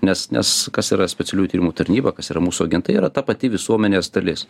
nes nes kas yra specialiųjų tyrimų tarnyba kas yra mūsų agentai yra ta pati visuomenės dalis